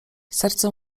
serce